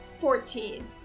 Fourteen